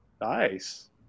nice